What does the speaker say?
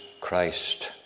Christ